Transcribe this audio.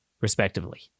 respectively